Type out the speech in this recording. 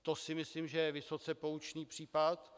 To si myslím, že je vysoce poučný případ.